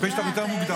הפ' שלך יותר מוקדם,